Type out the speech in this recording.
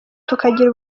tukagira